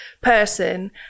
person